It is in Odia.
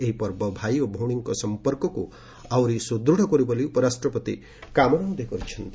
ଏହି ପର୍ବ ଭାଇ ଓ ଭଉଣୀଙ୍କ ସଂପର୍କକୁ ଆହୁରି ସୁଦୃଢ଼ କରୁ ବୋଲି ଉପରାଷ୍ଟ୍ରପତି କାମନା କରିଛନ୍ତି